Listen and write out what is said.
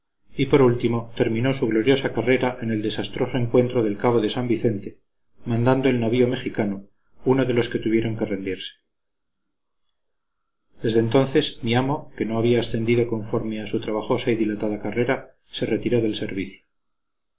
y por último terminó su gloriosa carrera en el desastroso encuentro del cabo de san vicente mandando el navío mejicano uno de los que tuvieron que rendirse desde entonces mi amo que no había ascendido conforme a su trabajosa y dilatada carrera se retiró del servicio